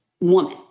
woman